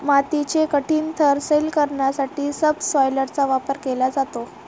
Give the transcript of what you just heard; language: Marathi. मातीचे कठीण थर सैल करण्यासाठी सबसॉयलरचा वापर केला जातो